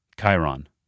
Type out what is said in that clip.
Chiron